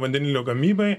vandenilio gamybai